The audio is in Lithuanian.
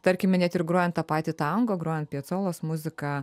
tarkime net ir grojant tą patį tango grojant piacolos muziką